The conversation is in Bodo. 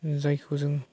जायखौ जों